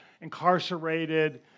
incarcerated